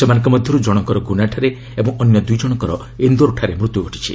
ସେମାନଙ୍କ ମଧ୍ୟରୁ ଜଣଙ୍କର ଗୁନାଠାରେ ଓ ଅନ୍ୟ ଦୁଇଜଣଙ୍କର ଇନ୍ଦୋରଠାରେ ମୃତ୍ୟୁ ଘଟିଛି